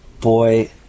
boy